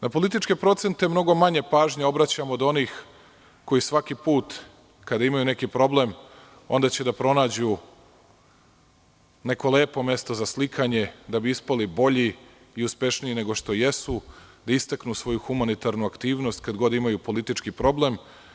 Na političke procente mnogo manje pažnje obraćam od onih koji svaki put kada imaju neki problem onda će da pronađu neko lepo mesto za slikanje, da bi ispali bolji i uspešniji nego što jesu, da istaknu svoju humanitarnu aktivnost kad god imaju politički problem.